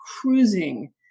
cruising